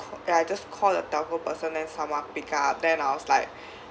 ya I just call the telco person then someone pick up then I was like